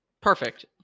Perfect